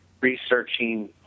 researching